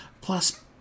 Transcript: plus